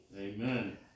Amen